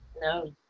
No